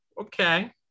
Okay